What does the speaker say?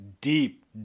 deep